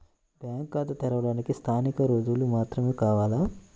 Bank ఖాతా తెరవడానికి స్థానిక రుజువులు మాత్రమే కావాలా?